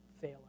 fail